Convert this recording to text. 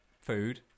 Food